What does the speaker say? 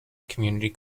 community